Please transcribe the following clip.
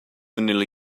vanilla